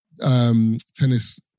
Tennis